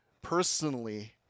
personally